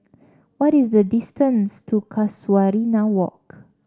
what is the distance to Casuarina Walk